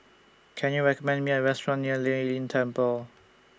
Can YOU recommend Me A Restaurant near Lei Yin Temple